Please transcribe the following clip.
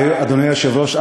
אדוני היושב-ראש,